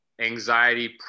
anxiety